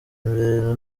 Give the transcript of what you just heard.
imbere